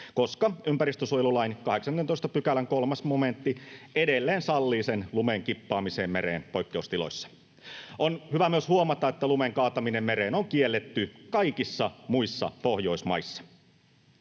koska ympäristönsuojelulain 18 §:n 3 momentti edelleen sallii lumen kippaamisen mereen poikkeustiloissa. On hyvä myös huomata, että lumen kaataminen mereen on kielletty kaikissa muissa Pohjoismaissa.